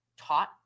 taught